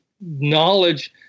knowledge